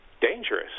Dangerous